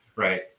Right